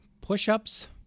push-ups